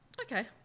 Okay